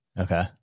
Okay